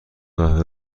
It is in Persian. قهوه